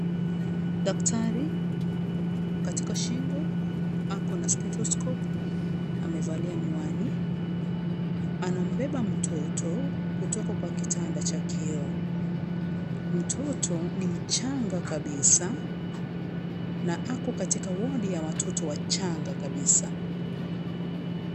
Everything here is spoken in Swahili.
Daktari katika shingo ako na stethoscope . Amevalia miwani. Anambeba mtoto kutoka kwa kitanda cha kioo. Mtoto ni mchanga kabisa na ako katika wodi ya watoto wachanga kabisa.